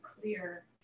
clear